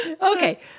Okay